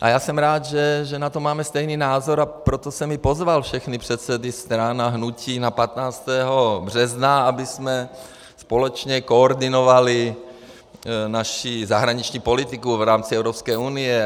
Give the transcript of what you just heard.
A já jsem rád, že na to máme stejný názor, a proto jsem i pozval všechny předsedy stran a hnutí na 15. března, abychom společně koordinovali naši zahraniční politiku v rámci Evropské unie.